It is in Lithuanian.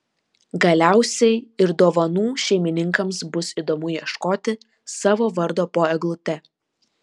galiausiai ir dovanų šeimininkams bus įdomu ieškoti savo vardo po eglute